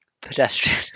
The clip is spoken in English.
pedestrian